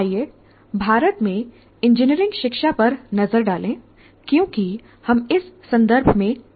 आइए भारत में इंजीनियरिंग शिक्षा पर नजर डालें क्योंकि हम इस संदर्भ में काम कर रहे हैं